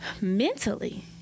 Mentally